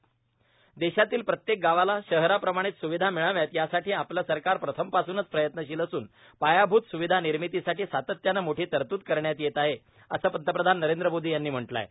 पंतप्रधान देशातील प्रत्येक गावाला शहराप्रमाणेच सुविधा मिळाव्यात यासाठी आपलं सरकार प्रथम पासूनच प्रयत्नशील असून पायाभूत स्विधा निर्मितीसाठी सातत्यानं मोठी तरतूद करण्यात येत आहे असं पंतप्रधान नरेंद्र मोदी यांनी म्हटलं आहे